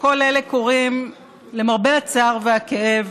כל אלה קורים, למרבה הצער והכאב,